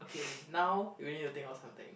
okay now we need to think out something